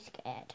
scared